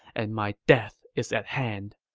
and my death is at hand.